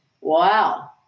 Wow